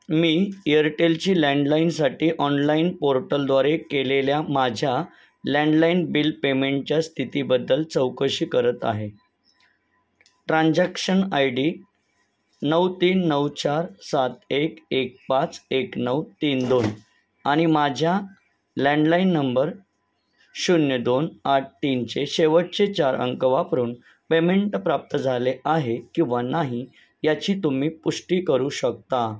मी एअरटेलची लँडलाईनसाठी ऑनलाईन पोर्टलद्वारे केलेल्या माझ्या लँडलाईन बिल पेमेंटच्या स्थितीबद्दल चौकशी करत आहे ट्रान्झॅक्शन आय डी नऊ तीन नऊ चार सात एक एक पाच एक नऊ तीन दोन आणि माझ्या लँडलाईन नंबर शून्य दोन आठ तीनचे शेवटचे चार अंक वापरून पेमेंट प्राप्त झाले आहे किंवा नाही याची तुम्ही पुष्टी करू शकता